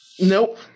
Nope